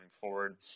forward